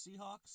Seahawks